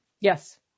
Yes